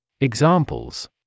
Examples